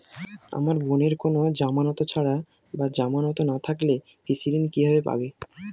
আমার বোনের কোন জামানত ছাড়া বা জামানত না থাকলে কৃষি ঋণ কিভাবে পাবে?